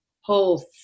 whole